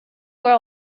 were